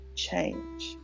change